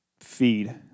feed